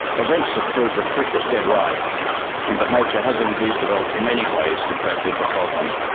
events have proved that crick was dead right and that nature has indeed developed many ways to cope with the problem.